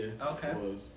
Okay